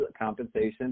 compensation